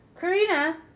Karina